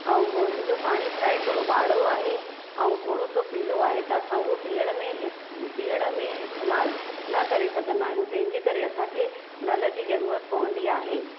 ऐं बोरींग जो पाणी शायदि थोरो बाड़ो आहे ऐं थोरो सो पीलो आहे त असां उहो पीअण में पीअण में इस्तेमालु न करे सघंदा आहियूं तंहिंजे करे असांखे नल जी ज़रूरत पवंदी आहे